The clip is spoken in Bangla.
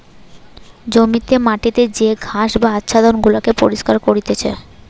জমিতে মাটিতে যে ঘাস বা আচ্ছাদন গুলাকে পরিষ্কার করতিছে